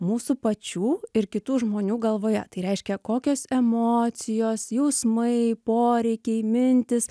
mūsų pačių ir kitų žmonių galvoje tai reiškia kokios emocijos jausmai poreikiai mintys